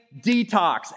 detox